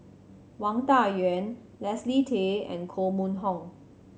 Wang Dayuan Leslie Tay and Koh Mun Hong